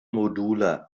module